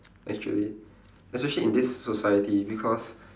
actually especially in this society because